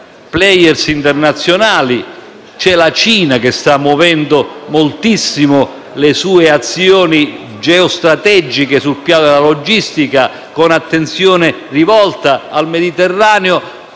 *player* internazionali; c'è la Cina che sta attuando moltissime attività geostrategiche sul piano della logistica, con attenzione rivolta al Mediterraneo.